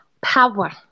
power